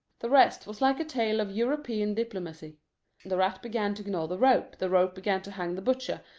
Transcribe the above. the rest was like a tale of european diplomacy the rat began to gnaw the rope, the rope began to hang the butcher,